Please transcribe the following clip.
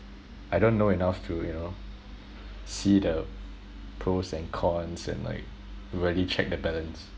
I don't know enough to you know see the pros and cons and like really check the balance